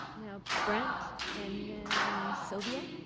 now, brent and then sylvia.